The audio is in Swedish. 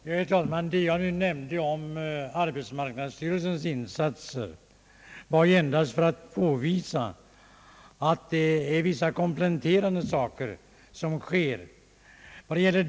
Herr talman! Jag nämnde arbetsmarknadsstyrelsens insatser endast för att påvisa att det sker vissa komplette ringar.